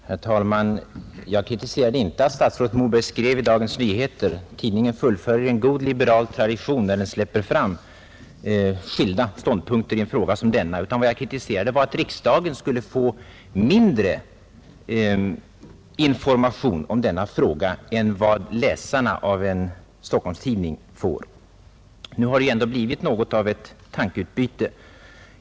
Herr talman! Jag kritiserade inte att statsrådet Moberg skrev i Dagens Nyheter. Tidningen fullföljer bara en god liberal tradition när den släpper fram skilda ståndpunkter i en fråga som denna. Vad jag kritiserade var att riksdagen skulle få mindre information om denna fråga än vad läsarna av en Stockholmstidning får. Nu har det ju ändå blivit något av ett tankeutbyte.